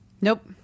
Nope